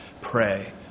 pray